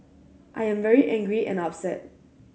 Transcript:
I am very angry and upset